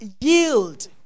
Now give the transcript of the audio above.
yield